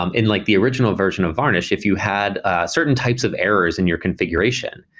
um in like the original version of varnish, if you had ah certain types of errors in your configuration,